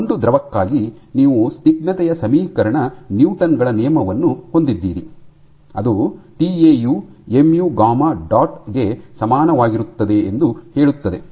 ಒಂದು ದ್ರವಕ್ಕಾಗಿ ನೀವು ಸ್ನಿಗ್ಧತೆಯ ಸಮೀಕರಣ ನ್ಯೂಟನ್ ಗಳ ನಿಯಮವನ್ನು ಹೊಂದಿದ್ದೀರಿ ಅದು T A U M U gamma dot tau mu gamma dot ಗೆ ಸಮಾನವಾಗಿರುತ್ತದೆ ಎಂದು ಹೇಳುತ್ತದೆ